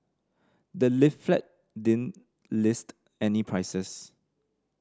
the leaflet didn't list any prices